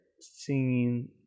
singing